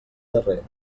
darrer